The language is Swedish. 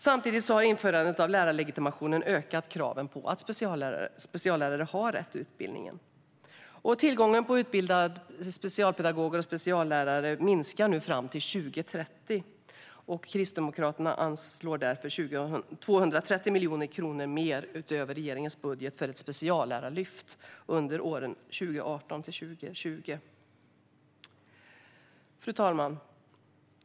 Samtidigt har införandet av lärarlegitimation ökat kraven på att speciallärare har rätt utbildning. Tillgången på utbildade specialpedagoger och speciallärare minskar fram till 2030. Kristdemokraterna anslår därför 230 miljoner kronor mer än regeringen till ett speciallärarlyft under 2018-2020. Fru talman!